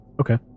Okay